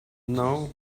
know